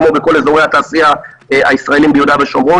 כמו בכל אזורי התעשייה הישראלים ביהודה ושומרון